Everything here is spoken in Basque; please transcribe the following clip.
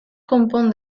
konpon